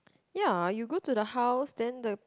ya you go to the house then the